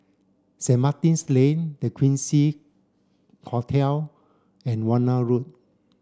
Saint Martin's Lane The Quincy Hotel and Warna Road